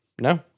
No